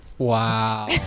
Wow